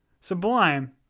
sublime